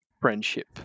friendship